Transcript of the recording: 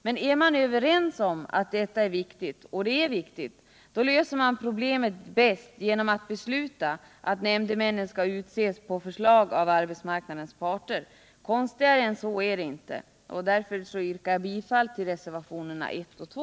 Men är man överens om att detta är viktigt — och det är viktigt — då löser man problemet bäst genom att besluta att nämndemännen skall utses på förslag av arbetsmarknadens parter. Konstigare än så är det inte. Därför yrkar jag bifall till reservationerna 1 och 2.